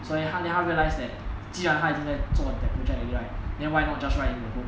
所以他他 realize that 既然他已经在做 that project already right then why not just write in a book